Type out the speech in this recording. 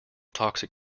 toxic